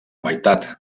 meitat